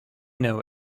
know